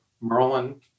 Merlin